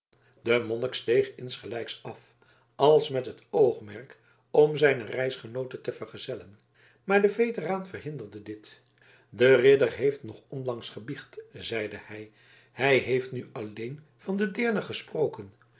de monnik steeg insgelijks af als met het oogmerk om zijne reisgenoote te vergezellen maar de veteraan verhinderde dit de ridder heeft nog onlangs gebiecht zeide hij hij heeft nu alleen van de deerne gesproken